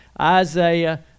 Isaiah